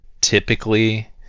typically